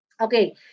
Okay